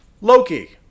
Loki